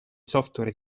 software